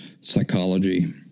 psychology